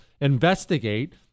investigate